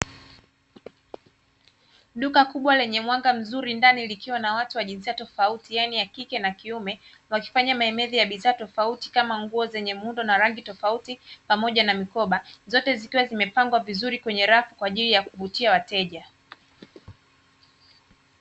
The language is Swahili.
Duka kubwa lenye mwanga mzuri ndani likiwa na watu wa jinsia tofauti yani ya kike na kiume wakifanya maemezi ya bidhaa tofauti kama:nguo zenye muundo na rangi tofauti pamoja na mikoba, zote zikiwa zimepangwa vizuri kwenye rafu kwa ajili ya kuvutia wateja.